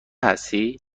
هستی